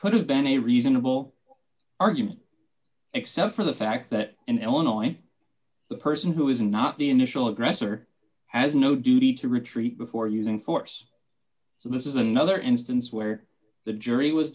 could have been a reasonable argument except for the fact that an illinois person who is not the initial aggressor has no duty to retreat before using force so this is another instance where the jury was